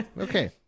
Okay